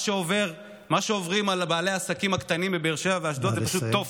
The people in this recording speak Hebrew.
מה שעוברים בעלי העסקים הקטנים בבאר שבע ובאשדוד הוא פשוט תופת.